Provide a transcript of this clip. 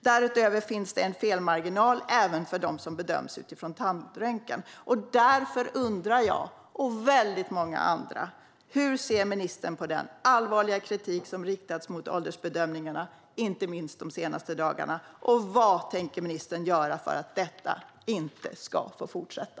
Därutöver finns det en felmarginal även för dem som bedöms utifrån tandröntgen. Därför undrar jag och väldigt många andra hur ministern ser på den allvarliga kritik som riktats mot åldersbedömningarna, inte minst de senaste dagarna. Vad tänker ministern göra för att detta inte ska få fortsätta?